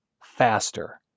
Faster